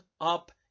up